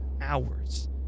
hours